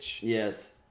Yes